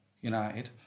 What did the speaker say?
United